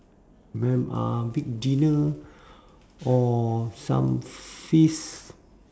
me~ uh big dinner or some feast